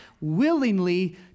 willingly